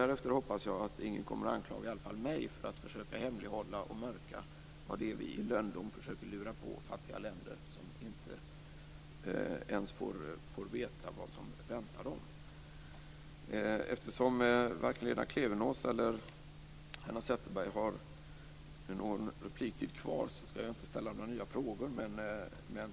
Därefter hoppas jag att ingen kommer att anklaga i varje fall mig för att försöka hemlighålla och mörka något som vi i lönndom försöker lura på fattiga länder, som inte ens får veta vad som väntar dem. Eftersom varken Lena Klevenås eller Hanna Zetterberg har någon repliktid kvar, skall jag inte ställa några nya frågor.